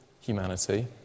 humanity